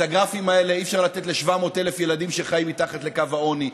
את הגרפים האלה אי-אפשר לתת ל-700,000 ילדים שחיים מתחת לקו העוני.